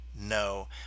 no